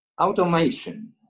automation